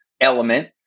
element